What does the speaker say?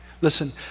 Listen